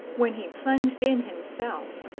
when he plunged in himself,